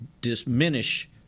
diminish